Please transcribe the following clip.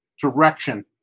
direction